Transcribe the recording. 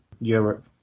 Europe